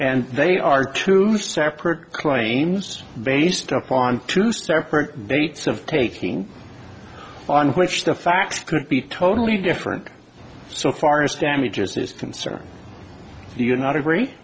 and they are two separate claims based on two separate dates of taking on which the facts could be totally different so far as damages is concerned do you not agree